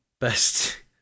best